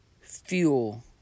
fuel